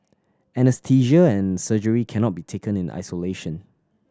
anaesthesia and surgery cannot be taken in isolation